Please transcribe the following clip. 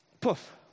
Poof